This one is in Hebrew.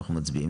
אנחנו מצביעים,